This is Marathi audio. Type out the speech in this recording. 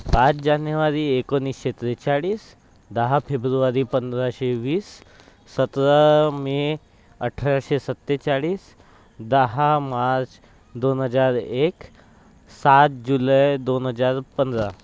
पाच जानेवारी एकोणीसशे त्रेचाळीस दहा फेब्रुवारी पंधराशे वीस सतरा मे अठराशे सत्तेचाळीस दहा मार्च दोन हजार एक सात जुलै दोन हजार पंधरा